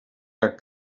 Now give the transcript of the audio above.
cap